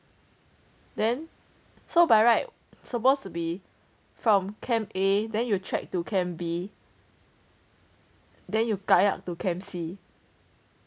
then so by right supposed to be from camp A then you track to camp B then you kayak to camp C